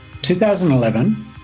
2011